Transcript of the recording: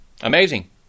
Amazing